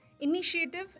initiative